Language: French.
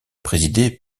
présidé